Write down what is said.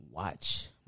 Watch